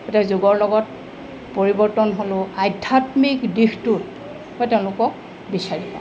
এতিয়া যুগৰ লগত পৰিৱৰ্তন হ'লেও আধ্যাত্মিক দিশটোত মই তেওঁলোকক বিচাৰি পাওঁ